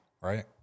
right